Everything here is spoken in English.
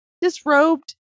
disrobed